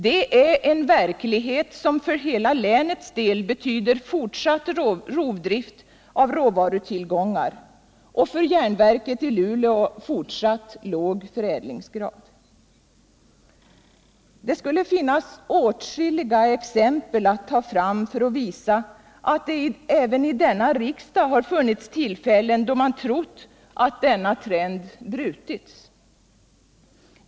Det är en verklighet som för hela länets del betyder fortsatt rovdrift av råvarutillgångar och för järnverket i Luleå fortsatt låg förädlingsgrad. Det skulle finnas åtskilliga exempel att ta fram för att visa att det även i denna riksdag har funnits tillfällen då man har trott att denna trend brutits.